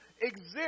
exist